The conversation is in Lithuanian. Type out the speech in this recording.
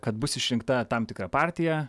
kad bus išrinkta tam tikra partija